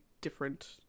different